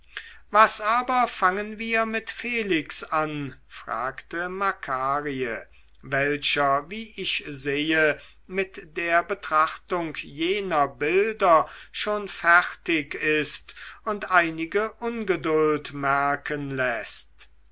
was aber fangen wir mit felix an fragte makarie welcher wie ich sehe mit der betrachtung jener bilder schon fertig ist und einige ungeduld merken läßt